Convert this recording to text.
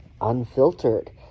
Unfiltered